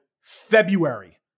February